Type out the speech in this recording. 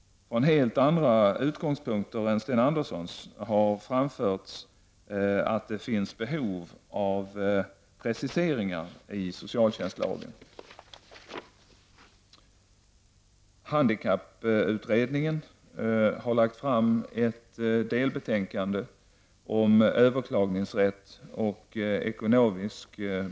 Från helt andra utgångspunkter än Sten Anderssons har framförts att det finns behov av preciseringar i socialtjänstlagen.